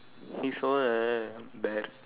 he saw a bear